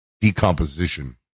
Decomposition